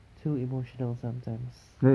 too emotional sometimes